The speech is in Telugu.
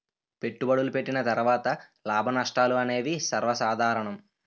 పెట్టుబడులు పెట్టిన తర్వాత లాభనష్టాలు అనేవి సర్వసాధారణం